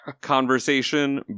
conversation